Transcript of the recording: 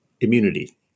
immunity